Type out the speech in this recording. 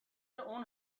اون